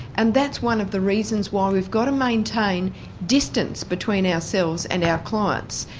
and that's one of the reasons why we've got to maintain distance between ourselves and our clients.